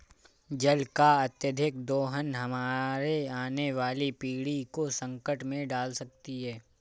जल का अत्यधिक दोहन हमारे आने वाली पीढ़ी को संकट में डाल सकती है